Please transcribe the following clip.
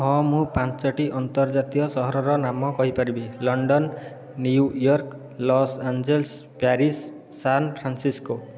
ହଁ ମୁଁ ପାଞ୍ଚୋଟି ଅନ୍ତର୍ଜାତୀୟ ସହରର ନାମ କହିପାରିବି London New York Los Angeles Paris San Francisco